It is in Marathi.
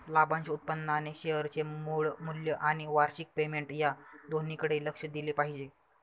लाभांश उत्पन्नाने शेअरचे मूळ मूल्य आणि वार्षिक पेमेंट या दोन्हीकडे लक्ष दिले पाहिजे